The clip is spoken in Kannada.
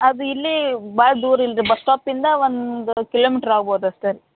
ಅದು ಇಲ್ಲಿ ಭಾಳ ದೂರ ಇಲ್ಲ ರೀ ಬಸ್ ಸ್ಟಾಪಿಂದ ಒಂದ್ವರೆ ಕಿಲೋಮೀಟ್ರ್ ಆಗ್ಬೋದು ಅಷ್ಟೇ ರೀ